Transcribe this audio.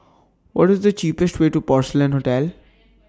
What IS The cheapest Way to Porcelain Hotel